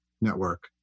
network